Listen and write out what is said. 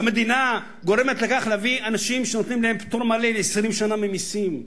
המדינה גורמת בכך שבאים אנשים ונותנים להם פטור מלא ל-20 שנה ממסים.